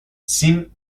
seemed